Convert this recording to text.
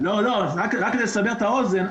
--- רק לסבר את האוזן,